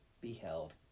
beheld